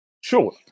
Sure